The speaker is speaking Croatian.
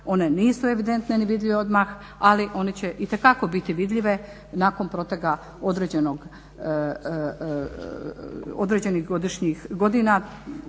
one nisu evidentne ni vidljive odmah ali one će itekako biti vidljive nakon proteka određenih godina, otprilike 50 godina.